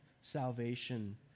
salvation